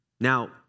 Now